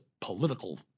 political